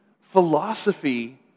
philosophy